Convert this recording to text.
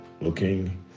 looking